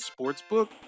sportsbook